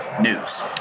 news